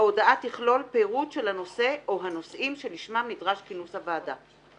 ההודעה תכלול פירוט של הנושא או הנושאים שלשמם נדרש כינוס הוועדה.